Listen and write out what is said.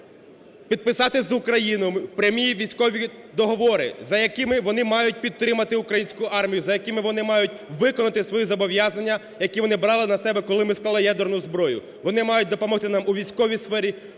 підписати за Україну прямі військові договори, за якими вони мають підтримати українську армію, за якими вони мають виконати свої зобов'язання, які вони брали на себе, коли ми склали ядерну зброю. Вони мають допомогти нам у військовій сфері,